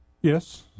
Yes